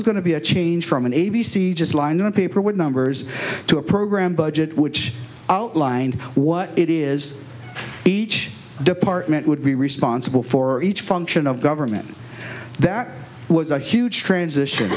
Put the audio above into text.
was going to be a change from an a b c just line on paper with numbers to a program budget which outlined what it is each department would be responsible for each function of government that was a huge transition